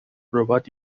ربات